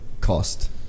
cost